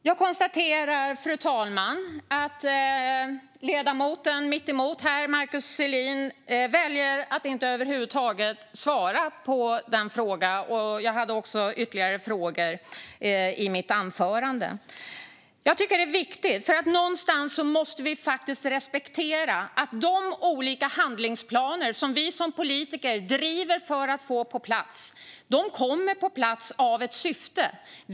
Fru talman! Jag konstaterar att ledamoten som står mitt emot mig, Markus Selin, väljer att över huvud taget inte svara på den fråga jag ställde i min replik. Jag hade dessutom ytterligare frågor i mitt anförande. Jag tycker att detta är viktigt. Någonstans måste vi respektera att de olika handlingsplaner som vi som politiker driver för att få på plats kommer på plats av ett syfte.